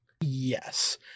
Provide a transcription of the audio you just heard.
Yes